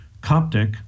Coptic